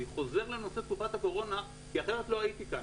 אני חוזר לנושא תקופת הקורונה כי אחרת לא הייתי כאן.